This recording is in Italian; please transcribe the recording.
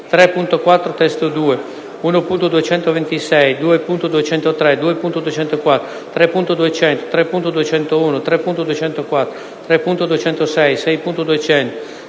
3.4 (testo 2), 1.226, 2.203, 2.204, 3.200, 3.201, 3.204, 3.206, 6.200,